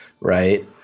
right